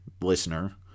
listener